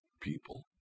people